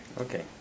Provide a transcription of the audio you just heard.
Okay